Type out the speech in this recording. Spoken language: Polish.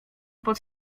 pod